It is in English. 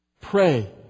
pray